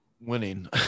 winning